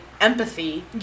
empathy